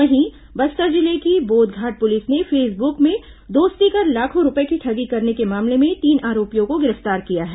वहीं बस्तर जिले की बोधघाट पुलिस ने फेसबुक में दोस्ती कर लाखों रूपये की ठगी करने के मामले में तीन आरोपियों को गिरफ्तार किया है